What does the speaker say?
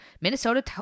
Minnesota